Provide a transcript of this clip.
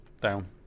Down